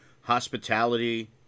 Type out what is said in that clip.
hospitality